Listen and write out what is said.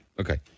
Okay